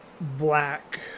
black